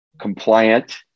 compliant